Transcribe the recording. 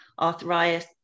arthritis